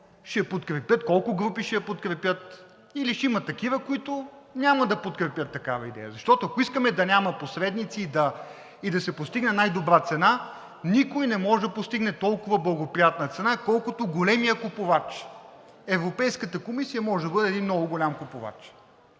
я подкрепят, колко групи ще я подкрепят или ще има такива, които няма да подкрепят такава идея. Защото, ако искаме да няма посредници и да се постигне най-добра цена, никой не може да постигне толкова благоприятна цена, колкото големият купувач. Европейската комисия може да бъде един много голям купувач,